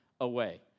away